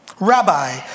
Rabbi